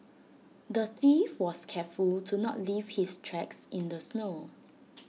the thief was careful to not leave his tracks in the snow